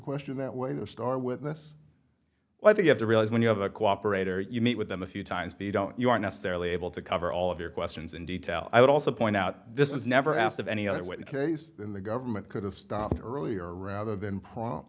question that way their star witness well i think i have to realize when you have a cooperator you meet with them a few times b don't you are necessarily able to cover all of your questions in detail i would also point out this was never asked of any other way the case in the government could have stopped earlier rather than pro